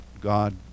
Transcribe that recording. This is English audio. god